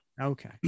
Okay